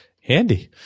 handy